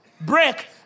Break